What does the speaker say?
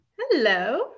Hello